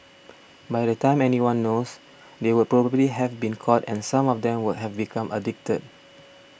by the time anyone knows they would probably have been caught and some of them would have become addicted